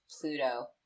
pluto